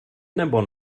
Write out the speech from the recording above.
nebo